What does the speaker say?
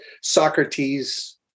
Socrates